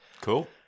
Cool